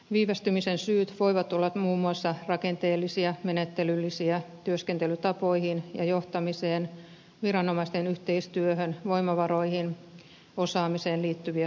viivästymisen syyt voivat olla muun muassa rakenteellisia menettelyllisiä työskentelytapoihin ja johtamiseen viranomaisten yhteistyöhön voimavaroihin ja osaamiseen liittyviä syitä